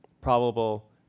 probable